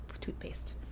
toothpaste